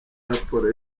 raporo